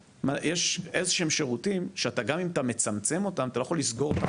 יש איזשהם שירותים שגם אם אתה מצמצם אותם אתה לא יכול לסגור אותם